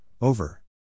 Over